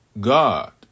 God